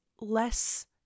less